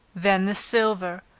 then the silver,